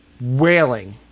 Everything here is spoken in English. wailing